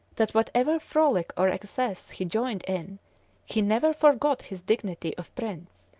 that whatever frolic or excess he joined in he never forgot his dignity of prince,